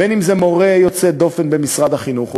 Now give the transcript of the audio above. בין שזה מורה יוצא דופן במשרד החינוך,